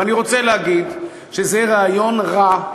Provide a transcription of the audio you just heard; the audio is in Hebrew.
ואני רוצה להגיד שזה יהיה רעיון רע,